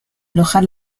alojar